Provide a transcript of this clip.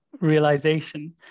realization